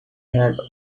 had